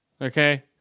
Okay